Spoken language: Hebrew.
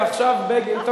ועכשיו בגין,